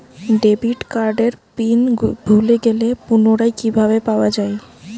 Debit কার্ডের pin ভুলে গেলে পুনরায় কিভাবে পাওয়া য়ায়?